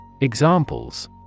Examples